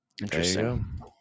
Interesting